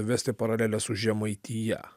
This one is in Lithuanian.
vesti paralelę su žemaitija